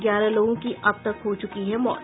ग्यारह लोगों की अब तक हो चुकी है मौत